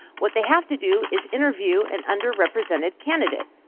what they have to do is interview an underrepresented candidate.